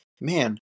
man